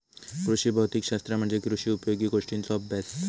कृषी भौतिक शास्त्र म्हणजे कृषी उपयोगी गोष्टींचों अभ्यास